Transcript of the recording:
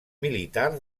militar